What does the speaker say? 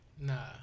Nah